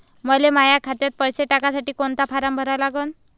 मले माह्या खात्यात पैसे टाकासाठी कोंता फारम भरा लागन?